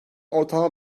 ortalama